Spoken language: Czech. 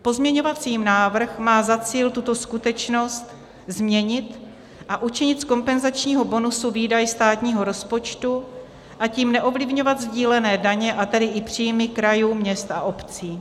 Pozměňovací návrh má za cíl tuto skutečnost změnit a učinit z kompenzačního bonusu výdaj státního rozpočtu, a tím neovlivňovat sdílené daně, a tedy i příjmy krajů, měst a obcí.